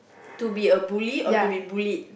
to be a bully or to be bullied